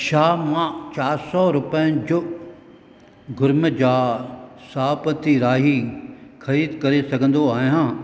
छा मां चार सौ रुपियनि जो गुर्मे जार साबती राई ख़रीदु करे सघिंदो आहियां